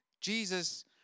Jesus